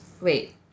Wait